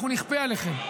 אנחנו נכפה עליכם,